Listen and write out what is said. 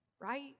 right